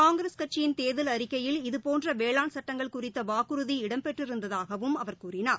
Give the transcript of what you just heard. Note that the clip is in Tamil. காங்கிரஸ் கட்சியின் தேர்தல் அறிக்கையில் இதுபோன்ற வேளாண் சட்டங்கள் குறித்த வாக்குறுதி இடம்பெற்றிருந்ததாகவும் அவர் கூறினார்